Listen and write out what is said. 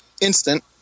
instant